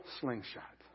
slingshot